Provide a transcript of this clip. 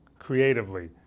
creatively